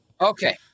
Okay